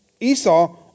Esau